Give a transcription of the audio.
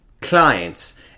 clients